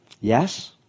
Yes